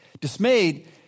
Dismayed